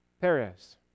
Perez